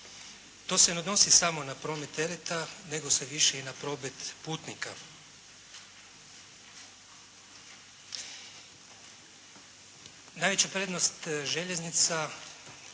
To se ne odnosi samo na promet tereta nego se više i na promet putnika. Najveća prednost željeznica,